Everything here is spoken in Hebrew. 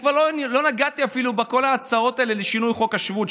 לא נגעתי אפילו בכל ההצהרות האלה לשינוי חוק השבות,